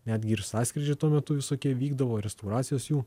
netgi ir sąskrydžiai tuo metu visokie vykdavo restauracijos jų